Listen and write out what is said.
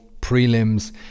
prelims